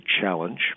challenge